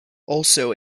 also